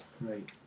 Right